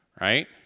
right